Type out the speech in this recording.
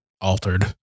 altered